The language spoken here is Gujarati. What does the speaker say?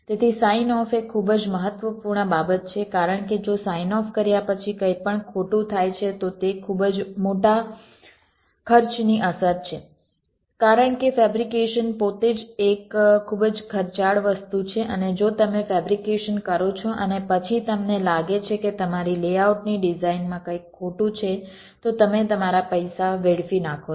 તેથી સાઇન ઓફ એ ખૂબ જ મહત્વપૂર્ણ બાબત છે કારણ કે જો સાઇન ઓફ કર્યા પછી કંઈપણ ખોટું થાય છે તો તે ખૂબ જ મોટા ખર્ચની અસર છે કારણ કે ફેબ્રિકેશન પોતે જ એક ખૂબ જ ખર્ચાળ વસ્તુ છે અને જો તમે ફેબ્રિકેશન કરો છો અને પછી તમને લાગે છે કે તમારી લેઆઉટની ડિઝાઇનમાં કંઈક ખોટું છે તો તમે તમારા પૈસા વેડફી નાખો છો